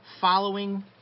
Following